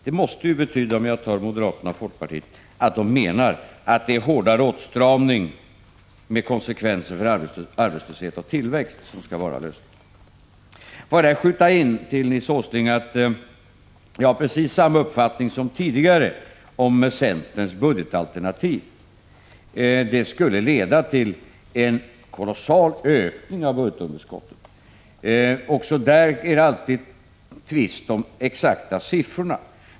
Det måste betyda att moderaterna och folkpartiet menar att det är en hårdare åtstramning — med de konsekvenser som en sådan får för arbetslöshet och tillväxt — som är den rätta lösningen. Jag vill bara tillägga, Nils G. Åsling, att jag har precis samma uppfattning som tidigare i fråga om centerns budgetalternativ. Jag menar att detta skulle leda till en kolossal ökning av budgetunderskottet. Också i det avseendet är det alltid en tvist om de exakta siffrorna.